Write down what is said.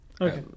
Okay